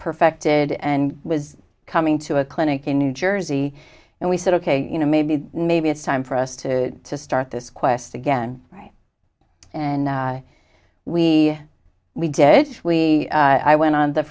perfected and was coming to a clinic in new jersey and we said ok you know maybe maybe it's time for us to start this quest again right and we we did we i went on the